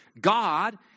God